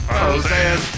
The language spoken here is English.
Frozen